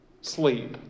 sleep